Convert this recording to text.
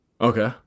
Okay